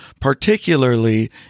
particularly